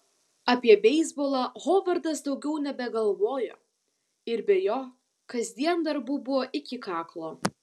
apie beisbolą hovardas daugiau nebegalvojo ir be jo kasdien darbų buvo iki kaklo